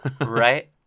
Right